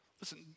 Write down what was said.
Listen